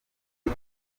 ati